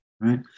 right